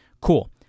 Cool